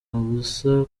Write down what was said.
ubusa